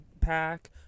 pack